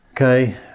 okay